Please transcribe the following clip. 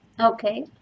Okay